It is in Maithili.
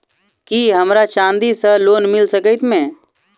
की हमरा चांदी सअ लोन मिल सकैत मे?